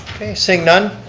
seeing none.